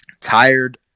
tired